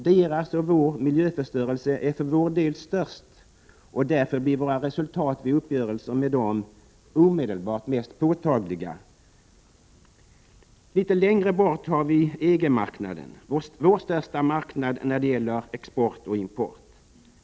Av vår gemensamma miljöförstörelse är vår del störst, och därför blir våra resultat vid uppgörelser med dem omedelbart mest påtagliga. Litet längre bort har vi EG-marknaden — vår största marknad när det gäller export och import.